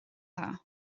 dda